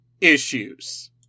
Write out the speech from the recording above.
issues